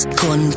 con